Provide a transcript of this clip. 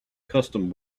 custom